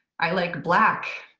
i like black.